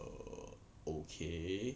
err okay